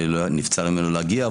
נבצר ממנו להגיע,